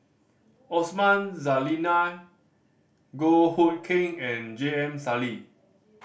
Osman Zailani Goh Hood Keng and J M Sali